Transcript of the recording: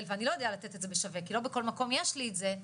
ואני לא יודע לתת את זה בשווה כי לא בכל מקום יש לי את זה,